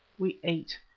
we ate,